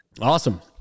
Awesome